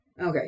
Okay